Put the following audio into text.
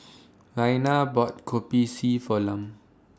Raina bought Kopi C For Lum